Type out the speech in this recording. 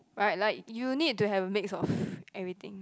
right like you need to have mix of everything